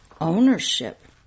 ownership